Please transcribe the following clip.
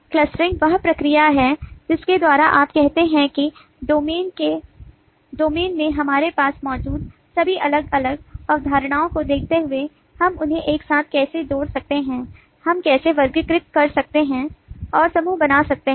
clustering वह प्रक्रिया है जिसके द्वारा आप कहते हैं कि डोमेन में हमारे पास मौजूद सभी अलग अलग अवधारणाओं को देखते हुए हम उन्हें एक साथ कैसे जोड़ सकते हैं हम कैसे वर्गीकृत कर सकते हैं और समूह बना सकते हैं